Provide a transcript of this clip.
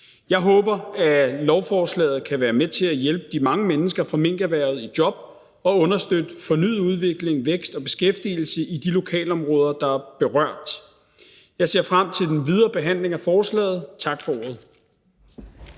Jeg håber, at lovforslaget kan være med til at hjælpe de mange mennesker fra minkerhvervet i job og understøtte fornyet udvikling, vækst og beskæftigelse i de lokalområder, der er berørt. Jeg ser frem til den videre behandlingen af forslaget. Tak for ordet.